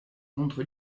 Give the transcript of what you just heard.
contre